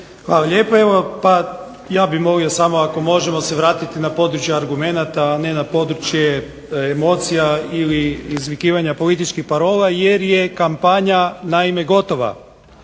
Hvala lijepo. Evo pa ja bih molio samo ako možemo se vratiti na područje argumenata, a ne na područje emocija ili izvikivanja političkih parola jer je kampanja naime gotova